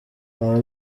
paola